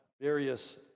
various